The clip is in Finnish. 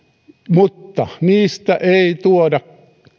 mutta niistä ei tuoda